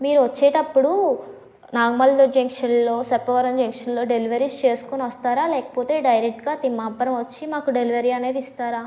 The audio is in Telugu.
మీరు వచ్చేటప్పుడు నాగమల్లులో జంక్షన్లో సర్పవరం జంక్షన్లో డెలివరీస్ చేసుకుని వస్తారా లేకపోతే డైరెక్ట్గా తిమ్మాపురం వచ్చి మాకు డెలివరీ అనేది ఇస్తారా